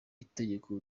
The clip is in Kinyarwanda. itegeko